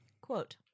quote